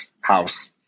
house